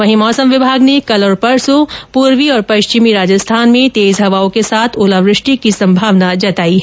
वहीं मौसम विभाग ने कल और परसो पूर्वी और पश्चिमी राजस्थान में तेज हवाओं के साथ ओलावृष्टि की संभावना जताई है